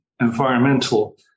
environmental